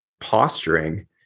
posturing